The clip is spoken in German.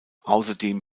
außerdem